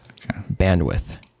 Bandwidth